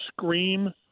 scream